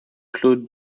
claude